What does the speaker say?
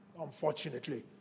unfortunately